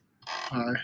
Hi